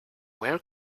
where